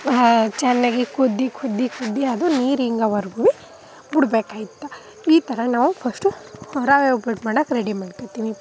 ಚೆನ್ನಾಗಿ ಕುದ್ದು ಕುದ್ದು ಕುದ್ದು ಅದು ನೀರು ಇಂಗೋವರ್ಗುವೆ ಬಿಡ್ಬೇಕಾಯ್ತ ಈ ಥರ ನಾವು ಫಸ್ಟು ಹ್ಞೂ ರವೆ ಉಪ್ಪಿಟ್ಟು ಮಾಡೋಕೆ ರೆಡಿ ಮಾಡ್ಕೊಳ್ತೀನಿ